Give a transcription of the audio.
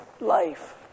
life